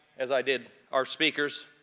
as i did our speakers,